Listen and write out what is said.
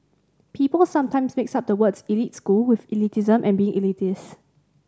people sometimes mix up the words' elite school with elitism and being elitist